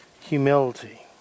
humility